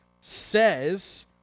says